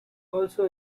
also